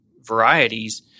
varieties